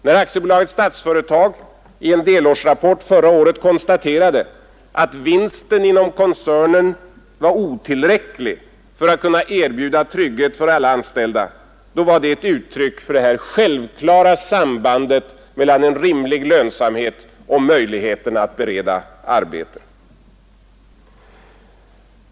När Statsföretag AB i en delårsrapport förra året konstaterade att vinsten inom koncernen var otillräcklig för att kunna erbjuda trygghet åt alla anställda var det ett uttryck för detta självklara samband mellan en rimlig lönsamhet och möjligheten att bereda arbete.